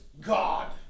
God